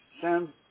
Sam